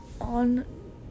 on